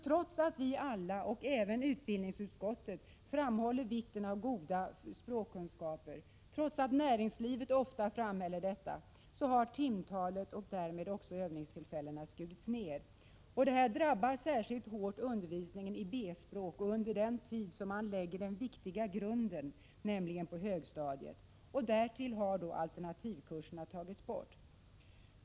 Trots att vi alla, även utbildningsutskottet, framhåller vikten av goda språkkunskaper och trots att näringslivet ofta framhåller detta, har timtalet och därmed övningstillfällena skurits ner. Detta drabbar särskilt hårt undervisningen i B-språk under den tid då den viktiga grunden läggs, nämligen på högstadiet. Därtill har alternativkurserna tagits bort.